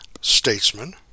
statesman